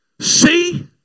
See